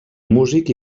músic